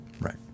Right